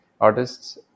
artists